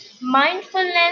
Mindfulness